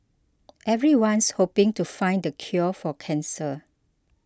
everyone's hoping to find the cure for cancer